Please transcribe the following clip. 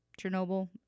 Chernobyl